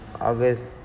August